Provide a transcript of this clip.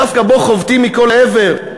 דווקא בו חובטים מכל עבר.